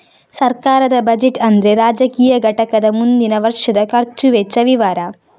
ಸರ್ಕಾರದ ಬಜೆಟ್ ಅಂದ್ರೆ ರಾಜಕೀಯ ಘಟಕದ ಮುಂದಿನ ವರ್ಷದ ಖರ್ಚು ವೆಚ್ಚ ವಿವರ